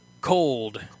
cold